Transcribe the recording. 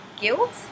guilt